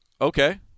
okay